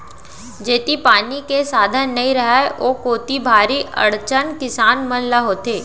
जेती पानी के साधन नइ रहय ओ कोती भारी अड़चन किसान मन ल होथे